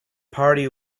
party